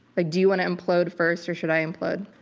do you want to implode first or should i implode?